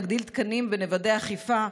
נגדיל תקנים ונוודא אכיפה,